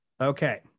Okay